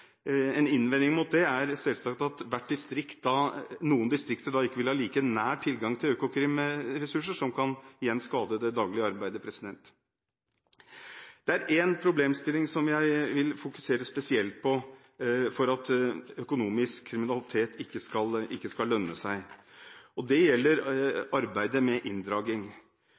En innvending mot det er selvsagt at noen distrikter da ikke vil ha like nær tilgang til økokrimressurser, noe som igjen kan skade det daglige arbeidet. Det er én problemstilling jeg spesielt vil fokusere på for at økonomisk kriminalitet ikke skal lønne seg. Det gjelder arbeidet med